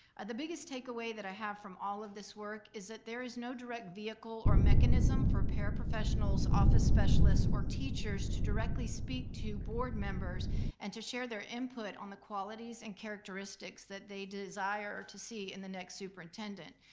the biggest takeaway that i have from all of this work is that there is no direct vehicle or mechanism for paraprofessionals, office specialists, or teachers to directly speak to board members and to share their input on the qualities and characteristics that they desire to see in the next superintendent.